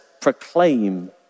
proclaim